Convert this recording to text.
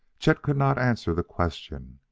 chet could not answer the question,